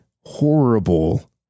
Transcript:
horrible